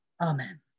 Amen